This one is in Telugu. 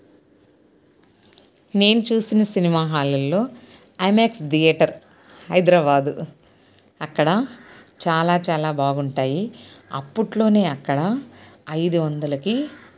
నేను చూసిన సినిమా హాల్లలో ఐమాక్స్ థియేటర్ హైద్రాబాదు అక్కడ చాలా చాలా బాగుంటాయి అప్పట్లో అక్కడ ఐదు వందలకి